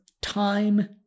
time